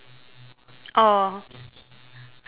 oh